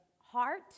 heart